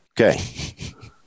Okay